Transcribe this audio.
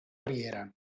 riera